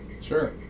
Sure